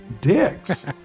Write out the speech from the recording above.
dicks